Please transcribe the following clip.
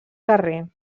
carrer